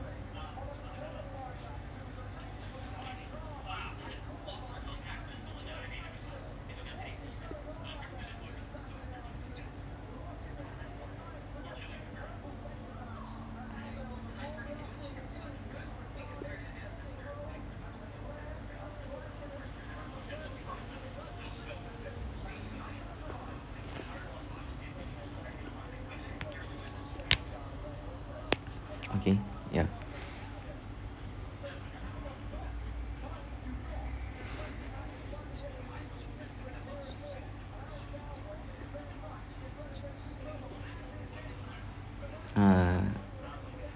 okay ya uh